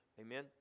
Amen